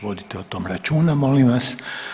Vodite o tom računa molim vas.